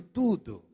tudo